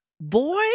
boy